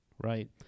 right